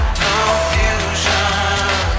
confusion